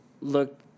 look